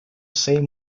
same